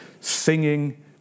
singing